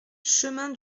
chemin